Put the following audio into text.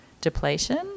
depletion